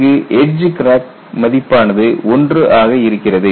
இங்கு edge crack மதிப்பானது 1 ஆக இருக்கிறது